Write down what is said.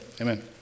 Amen